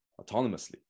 autonomously